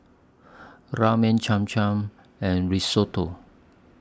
Ramen Cham Cham and Risotto